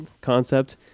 concept